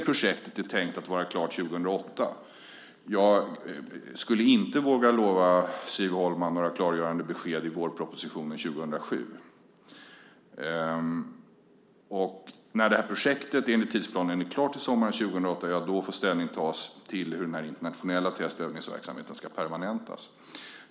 Projektet är tänkt att vara klart 2008. Jag skulle inte våga lova Siv Holma några klargörande besked i vårpropositionen 2007. När projektet enligt tidsplanen är klart till sommaren 2008 får ställning tas till hur den internationella test och övningsverksamheten ska permanentas.